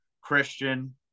christian